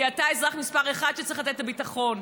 כי אתה אזרח מספר אחת שצריך לתת את הביטחון.